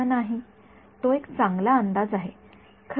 विद्यार्थी पण तो चांगला अंदाज असू शकतो